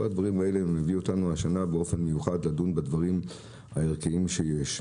כל הדברים האלה מביאים אותנו השנה באופן מיוחד לדון בדברים הערכיים שיש.